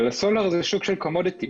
אבל הסולרי זה שוק של קומודיטי,